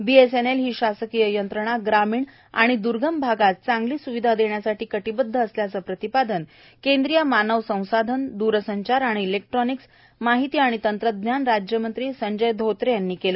BSNL ही शासकीय यंत्रणा ग्रामीण व द्र्गम भागात चांगली स्विधा देण्यासाठी कटीबद्ध असल्याचे प्रतिपादन केन्द्रीय मानव संसाधन द्रसंचार आणि इलेक्ट्रानिक्समाहिती व तंत्रज्ञान राज्यमंत्री संजय धोत्रे यांनी केले